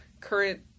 current